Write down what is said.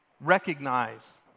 recognize